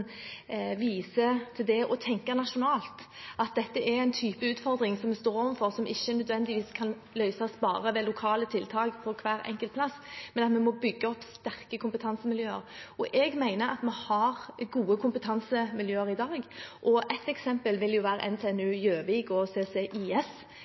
viser til det å tenke nasjonalt, at dette er en type utfordring vi står overfor som ikke nødvendigvis kan løses bare ved lokale tiltak på hvert enkelt sted, men at vi må bygge opp sterke kompetansemiljøer. Jeg mener at vi har gode kompetansemiljøer i dag. Ett eksempel